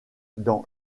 dans